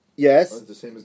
Yes